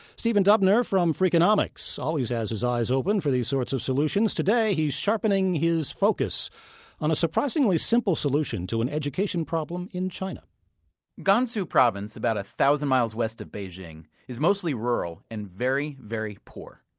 stephen dubner, from freakonomics always has his eyes open for these sorts of solutions. today, he's sharpening his focus on a surprisingly simple solution to an education problem in china gansu province, about one thousand miles west of beijing, is mostly rural and very, very poor.